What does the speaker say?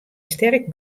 sterk